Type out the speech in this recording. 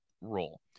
role